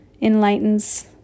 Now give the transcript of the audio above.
enlightens